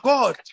God